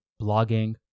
blogging